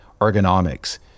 ergonomics